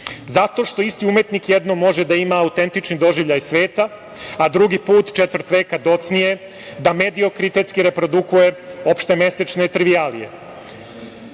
Zato što isti umetnik jednom može da ima autentični doživljaj sveta, a drugi put, četvrtet veka docnije, da mediokritetski reprodukuje opšte mesečne trivialije. Kaže